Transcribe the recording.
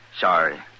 Sorry